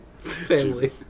Family